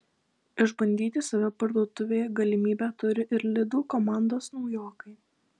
išbandyti save parduotuvėje galimybę turi ir lidl komandos naujokai